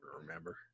remember